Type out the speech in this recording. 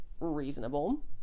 reasonable